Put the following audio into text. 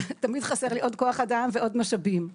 תמיד חסר לי עוד כוח אדם ועוד משאבים.